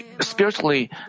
spiritually